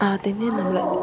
അതിനെ നമ്മൾ